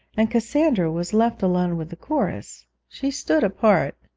and cassandra was left alone with the chorus. she stood apart,